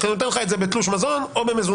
רק אני נותן לך את זה בתלוש מזון או במזומן.